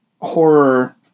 horror